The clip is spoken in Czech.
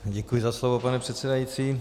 Děkuji za slovo, pane předsedající.